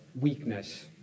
weakness